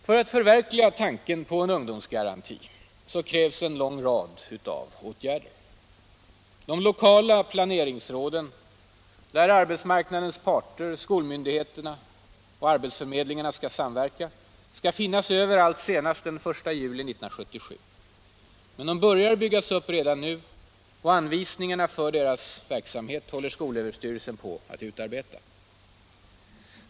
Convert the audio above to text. För att förverkliga tanken på en ungdomsgaranti krävs en lång rad åtgärder. De lokala planeringsråden, där arbetsmarknadens parter, skolmyndigheterna och arbetsförmedlingarna skall samverka, skall finnas överallt senast den 1 juli 1977. Men de börjar byggas upp redan nu, och anvisningarna för deras verksamhet håller skolöverstyrelsen på att utarbeta.